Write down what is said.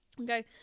Okay